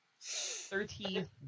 thirteen